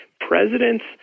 Presidents